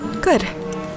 good